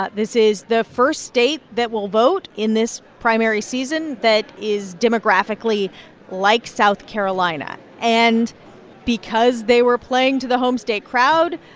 ah this is the first state that will vote in this primary season that is demographically like south carolina. and because they were playing to the home state crowd,